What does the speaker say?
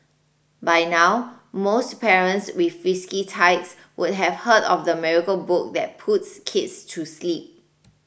by now most parents with frisky tykes would have heard of the miracle book that puts kids to sleep